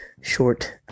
short